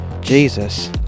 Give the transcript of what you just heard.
Jesus